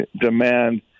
demand